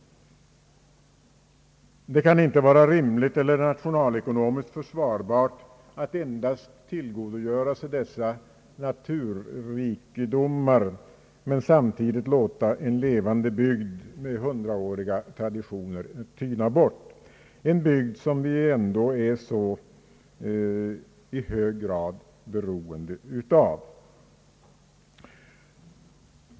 Det kan inte vara rimligt eller nationalekonomiskt försvarbart att endast tillgodogöra sig naturrikedomarna och låta en levande bygd med hundraåriga traditioner tyna bort, en bygd som vi ändå i så hög grad är beroende av.